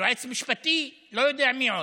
יועץ משפטי, לא יודע מי עוד.